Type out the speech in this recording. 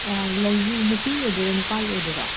ꯑ ꯂꯩꯅꯤ ꯅꯨꯄꯤꯒꯤ ꯑꯣꯏꯗꯣꯏꯔꯣ ꯅꯨꯄꯥꯒꯤ ꯑꯣꯏꯗꯣꯏꯔꯣ